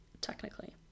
technically